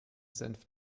senf